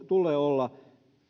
tulee olla